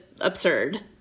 absurd